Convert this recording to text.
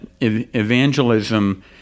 evangelism